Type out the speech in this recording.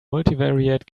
multivariate